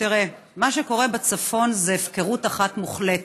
תראה, מה שקורה בצפון זה הפקרות אחת מוחלטת.